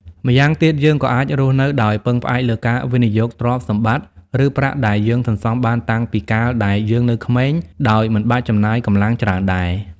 ម្យ៉ាងទៀត យើងក៏អាចរស់នៅដោយពឹងផ្អែកលើការវិនិយោគទ្រព្យសម្បត្តិឬប្រាក់ដែលយើងសន្សំបានតាំងពីកាលដែលយើងនៅក្មេង ដោយមិនបាច់ចំណាយកម្លាំងច្រើនដែរ។